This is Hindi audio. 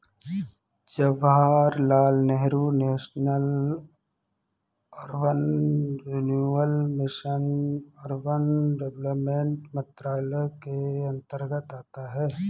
Jawaharlal Nehru national urban renewal mission urban development मंत्रालय के अंतर्गत आता है